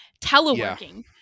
teleworking